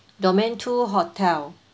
domain two hotel